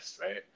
right